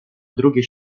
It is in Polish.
drugie